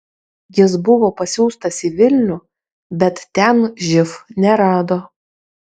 jis buvo pasiųstas į vilnių bet ten živ nerado